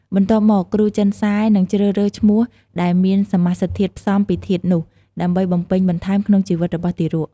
បន្ទាប់មក គ្រូចិនសែនឹងជ្រើសរើសឈ្មោះដែលមានសមាសធាតុផ្សំពីធាតុនោះ ដើម្បីបំពេញបន្ថែមក្នុងជីវិតរបស់ទារក។